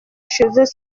cheveux